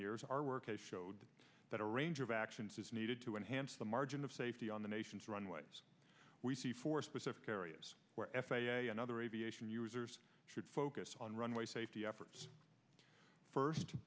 years our work showed that a range of actions is needed to enhance the margin of safety on the nation's runway we see for specific areas where f a a and other aviation users should focus on runway safety efforts first